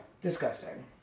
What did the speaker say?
Disgusting